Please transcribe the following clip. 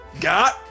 got